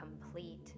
complete